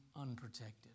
unprotected